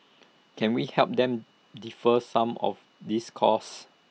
can we help them defer some of these costs